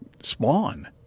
spawn